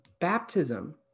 baptism